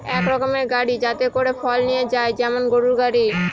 এক রকমের গাড়ি যাতে করে ফল নিয়ে যায় যেমন গরুর গাড়ি